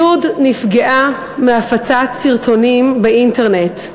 י' נפגעה מהפצת סרטונים באינטרנט.